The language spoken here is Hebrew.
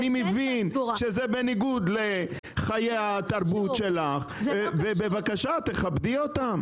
אני מבין שזה בניגוד לחיי התרבות שלך אבל בבקשה תכבדי אותם.